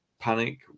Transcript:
panic